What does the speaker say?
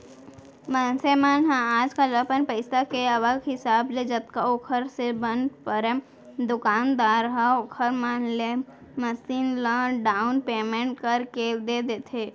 मनसे मन ह आजकल अपन पइसा के आवक हिसाब ले जतका ओखर से बन परय दुकानदार ह ओखर मन ले मसीन ल डाउन पैमेंट करके दे देथे